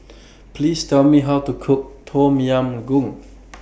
Please Tell Me How to Cook Tom Yam Goong